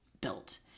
built